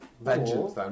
vengeance